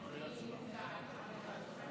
לרשותך.